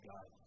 God